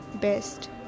best